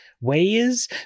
ways